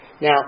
Now